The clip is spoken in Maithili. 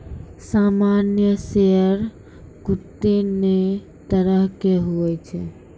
सामान्य शेयर कत्ते ने तरह के हुवै छै